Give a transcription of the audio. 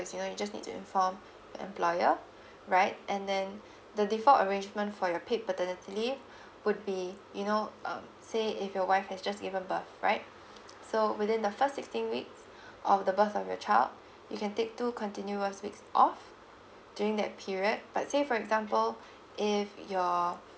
is you know you just need to inform your employer right and then the default arrangement for your paid paternity leave would be you know um say if your wife has just given birth right so within the first sixteen weeks of the birth of your child you can take two continuous weeks off during that period but say for example if your